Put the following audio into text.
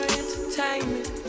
entertainment